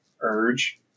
urge